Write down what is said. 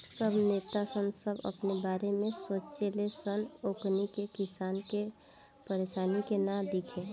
सब नेता सन बस अपने बारे में सोचे ले सन ओकनी के किसान के परेशानी के ना दिखे